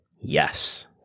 Yes